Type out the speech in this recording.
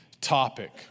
topic